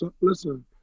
Listen